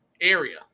area